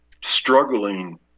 struggling